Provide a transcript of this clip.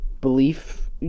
belief